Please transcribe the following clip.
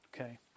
Okay